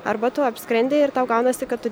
arba tu apskrendi ir tau gaunasi kad tu